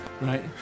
right